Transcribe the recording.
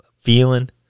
feeling